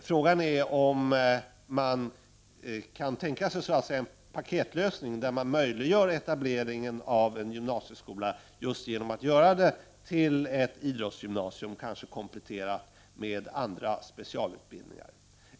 Frågan är om man kan tänka sig en paketlösning, där man möjliggör etableringen av en gymnasieskola just genom att göra det till ett idrottsgymnasium, kanske kompletterat med andra specialutbildningar.